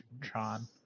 Tron